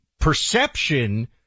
perception